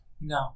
No